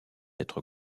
être